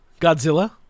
Godzilla